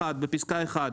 בפסקה (1),